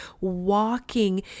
walking